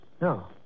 No